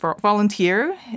volunteer